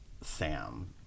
Sam